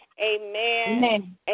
amen